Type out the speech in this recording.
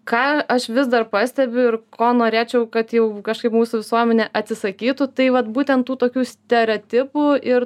ką aš vis dar pastebiu ir ko norėčiau kad jau kažkaip mūsų visuomenė atsisakytų tai vat būtent tų tokių stereotipų ir